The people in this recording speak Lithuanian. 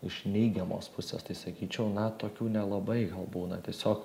iš neigiamos pusės tai sakyčiau na tokių nelabai būna tiesiog